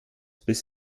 bis